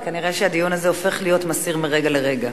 וכנראה שהדיון הזה הופך להיות מסעיר מרגע לרגע.